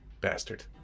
Bastard